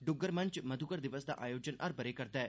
डुग्गर मंच मधुकर दिवस दा आयोजन हर बरे करदा ऐ